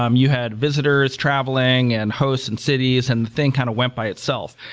um you had visitors travelling, and hosts, and cities, and the thing kind of went by itself.